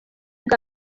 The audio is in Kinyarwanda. bwa